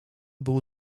był